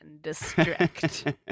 District